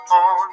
on